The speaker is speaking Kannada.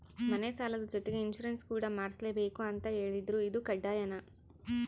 ಮನೆ ಸಾಲದ ಜೊತೆಗೆ ಇನ್ಸುರೆನ್ಸ್ ಕೂಡ ಮಾಡ್ಸಲೇಬೇಕು ಅಂತ ಹೇಳಿದ್ರು ಇದು ಕಡ್ಡಾಯನಾ?